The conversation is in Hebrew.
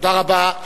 תודה רבה.